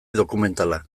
dokumentala